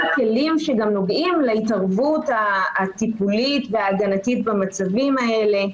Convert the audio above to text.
כלים שגם נוגעים להתערבות הטיפולית וההגנתית במצבים האלה.